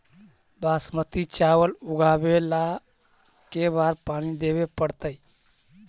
बासमती चावल उगावेला के बार पानी देवे पड़तै?